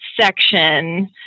section